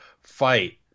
fight